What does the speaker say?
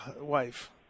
wife